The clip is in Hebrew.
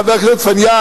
חבר הכנסת פיניאן,